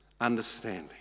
understanding